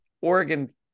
oregon